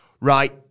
Right